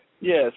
Yes